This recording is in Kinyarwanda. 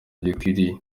gikwiriye